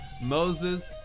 Moses